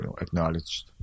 acknowledged